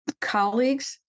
colleagues